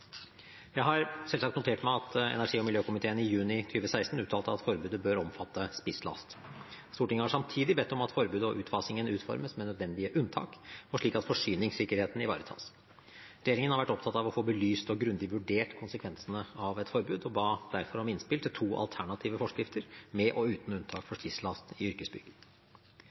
Jeg har selvsagt notert meg at energi- og miljøkomiteen i juni 2016 uttalte at forbudet bør omfatte spisslast. Stortinget har samtidig bedt om at forbudet og utfasingen utformes med nødvendige unntak, slik at forsyningssikkerheten ivaretas. Regjeringen har vært opptatt av å få belyst og grundig vurdert konsekvensene av et forbud og ba derfor om innspill til to alternative forskrifter: med og uten unntak for spisslast i